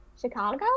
Chicago